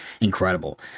incredible